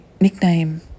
nickname